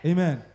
Amen